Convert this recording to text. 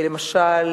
למשל,